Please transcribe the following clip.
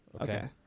Okay